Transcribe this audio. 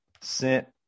sent